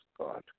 God